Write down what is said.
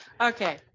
Okay